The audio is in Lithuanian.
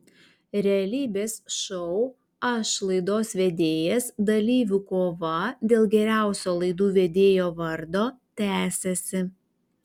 realybės šou aš laidos vedėjas dalyvių kova dėl geriausio laidų vedėjo vardo tęsiasi